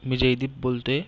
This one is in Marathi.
मी जयदीप बोलते